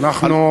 אנחנו,